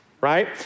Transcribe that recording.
Right